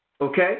Okay